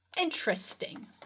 interesting